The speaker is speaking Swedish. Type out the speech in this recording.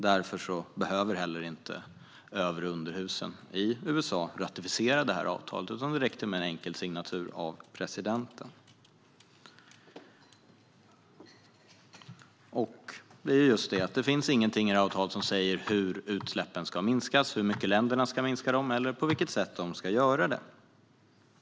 Därför behöver inte heller under och överhusen i USA ratificera avtalet, utan det räckte med en enkel signatur av presidenten. Det är just det: Det finns inget i detta avtal som säger hur utsläppen ska minskas - varken hur mycket länderna ska minska utsläppen eller på vilket sätt de ska göra det.